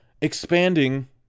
expanding